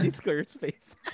squarespace